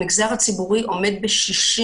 המגזר הציבורי עומד ב-60%.